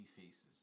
faces